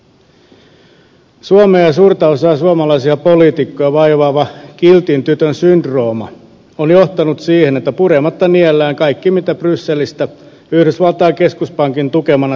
suomea ja suurta osaa suomalaisia poliitikkoja vaivaava kiltin tytön syndrooma on johtanut siihen että purematta niellään kaikki mitä brysselistä yhdysvaltain keskuspankin tukemana syötetään